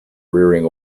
rearing